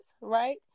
right